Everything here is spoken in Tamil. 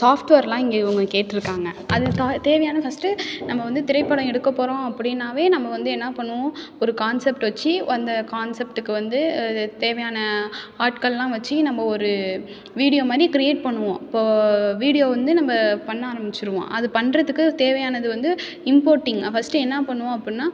சாஃப்ட்வேர்லாம் இங்கே இவங்க கேட்டிருக்காங்க அதில் டா தேவையான ஃபர்ஸ்ட்டு நம்ம வந்து திரைப்படம் எடுக்க போகிறோம் அப்படின்னாவே நம்ம வந்து என்ன பண்ணுவோம் ஒரு கான்செப்ட் வெச்சு அந்த கான்செப்ட்டுக்கு வந்து தேவையான ஆட்கள்லாம் வெச்சி நம்ம ஒரு வீடியோ மாதிரி க்ரியேட் பண்ணுவோம் இப்போது வீடியோ வந்து நம்ம பண்ண ஆரம்மிச்சிருவோம் அது பண்ணுறதுக்கு தேவையானது வந்து இம்போர்ட்டிங் ஃபர்ஸ்ட்டு என்ன பண்ணுவோம் அப்புடின்னா